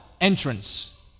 entrance